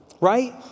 Right